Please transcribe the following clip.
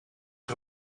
een